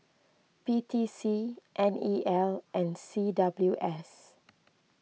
P T C N E L and C W S